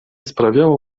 sprawiało